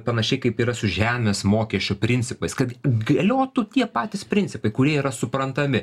panašiai kaip yra su žemės mokesčio principais kad galiotų tie patys principai kurie yra suprantami